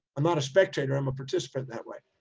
i'm not a spectator. i'm a participant that way.